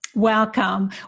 Welcome